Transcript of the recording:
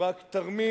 הוא רק תרמית,